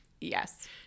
Yes